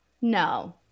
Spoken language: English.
No